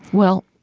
well,